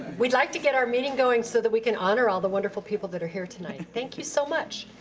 we'd like to get our meeting going so that we can honor all the wonderful people that are here tonight. thank you so much.